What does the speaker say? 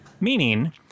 Meaning